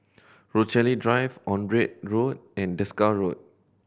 Rochalie Drive Onraet Road and Desker Road